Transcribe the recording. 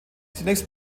zunächst